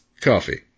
coffee